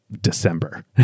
december